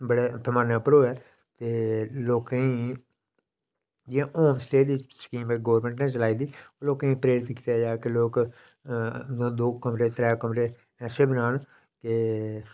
बड़े पमानै उप्पर होए दे लोकें ई जि'यां होम स्टे स्कीम इक गौरमैंट ने चलाई दी लोकें प्रेरित कीता जाए कि लोक दो कमरे त्रै कमरे अच्छे बनान ते